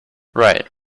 right